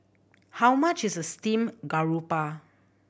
how much is steamed garoupa